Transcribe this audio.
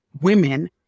women